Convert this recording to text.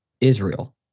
Israel